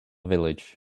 village